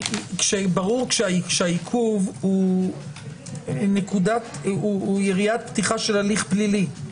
היא שברור שהעיכוב הוא יריית פתיחה של הליך פלילי.